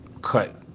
cut